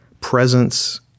presence